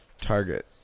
target